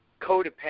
codependent